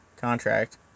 contract